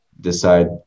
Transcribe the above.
decide